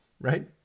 right